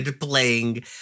playing